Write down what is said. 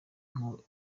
nko